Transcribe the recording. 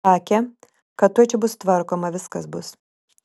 sakė kad tuoj čia bus tvarkoma viskas bus